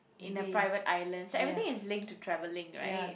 in the private island so everything is link to travelling right